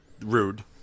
Rude